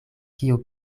kio